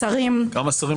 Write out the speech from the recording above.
ומה אתה יודע,